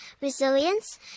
resilience